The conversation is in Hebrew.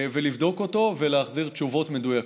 לבדוק אותו ולהחזיר תשובות מדויקות.